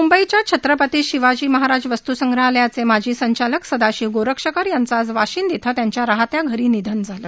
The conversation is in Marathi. मुंबईच्या छत्रपती शिवाजी महाराज वस्त्संग्रहालयाचे माजी संचालक सदाशिव गोरक्षकर यांचं आज वाशिंद इथं त्यांच्या राहत्या घरी निधन झालं